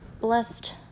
blessed